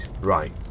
Right